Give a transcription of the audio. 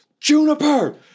Juniper